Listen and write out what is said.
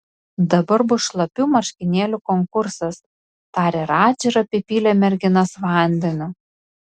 dabar bus šlapių marškinėlių konkursas tarė radži ir apipylė merginas vandeniu